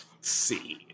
see